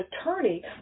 attorney